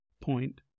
point